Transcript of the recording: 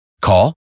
Call